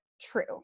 true